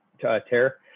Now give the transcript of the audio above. tear